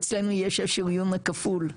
אצלנו יש את השריון הכפול,